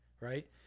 right